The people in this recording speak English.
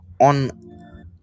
on